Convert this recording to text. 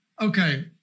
Okay